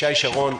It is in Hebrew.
ישי שרון,